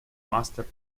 master